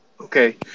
Okay